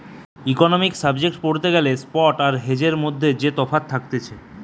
economics subject পড়তে গ্যালে spot আর হেজের মধ্যে যেই তফাৎ থাকতিছে